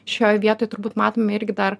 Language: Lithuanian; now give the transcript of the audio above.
šioj vietoj turbūt matome irgi dar